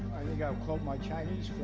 think i'll quote my chinese